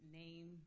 name